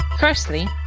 Firstly